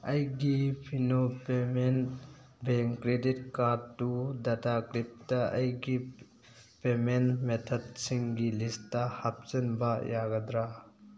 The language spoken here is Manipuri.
ꯑꯩꯒꯤ ꯐꯤꯅꯣ ꯄꯦꯃꯦꯟ ꯕꯦꯡ ꯀ꯭ꯔꯦꯗꯤꯠ ꯀꯥꯔꯠꯇꯨ ꯗꯇꯥꯀ꯭ꯂꯤꯞꯗ ꯑꯩꯒꯤ ꯄꯦꯃꯦꯟ ꯃꯦꯊꯠꯁꯤꯡꯒꯤ ꯂꯤꯁꯇ ꯍꯥꯞꯆꯟꯕ ꯌꯥꯒꯗ꯭ꯔꯥ